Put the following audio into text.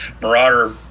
Marauder